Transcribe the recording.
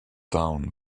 down